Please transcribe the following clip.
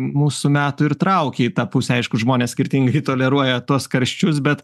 mūsų metų ir traukė į tą pusę aišku žmonės skirtingai toleruoja tuos karščius bet